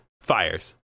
Fires